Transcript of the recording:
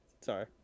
Sorry